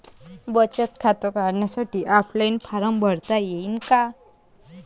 बचत खातं काढासाठी ऑफलाईन फारम भरता येईन का?